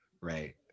Right